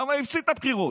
למה הוא הפסיד בבחירות.